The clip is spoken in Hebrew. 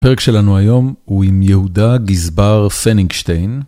הפרק שלנו היום הוא עם יהודה גזבר פנינגשטיין.